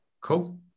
cool